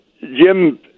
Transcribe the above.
Jim